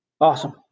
Awesome